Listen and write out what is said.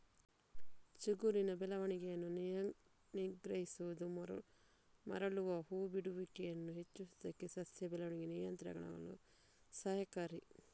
ಚಿಗುರಿನ ಬೆಳವಣಿಗೆಯನ್ನು ನಿಗ್ರಹಿಸುವುದು ಮರಳುವ ಹೂ ಬಿಡುವಿಕೆಯನ್ನು ಹೆಚ್ಚಿಸುವುದಕ್ಕೆ ಸಸ್ಯ ಬೆಳವಣಿಗೆ ನಿಯಂತ್ರಕಗಳು ಸಹಕಾರಿ